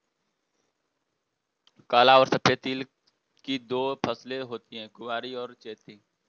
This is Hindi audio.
काला और सफेद तिल की दो फसलें होती है कुवारी और चैती